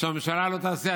שהממשלה לא תעשה,